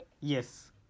Yes